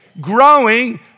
Growing